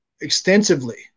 extensively